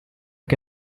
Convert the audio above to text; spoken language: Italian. che